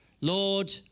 Lord